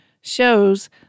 shows